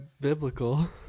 biblical